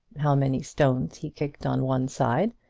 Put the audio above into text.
how many stones he kicked on one side,